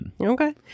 Okay